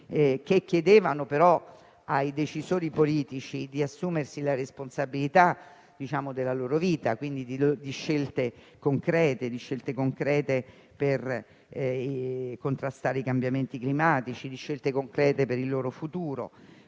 che chiedevano ai decisori politici di assumersi la responsabilità della loro vita, quindi di scelte concrete per contrastare i cambiamenti climatici, di scelte concrete per il loro futuro,